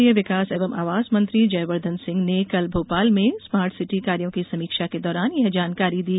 नगरीय विकास एवं आवास मंत्री जयवर्द्धन सिंह ने कल भोपाल में स्मार्ट सिटी कार्यो की समीक्षा के दौरान यह जानकारी दी